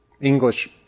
English